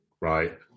right